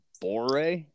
Bore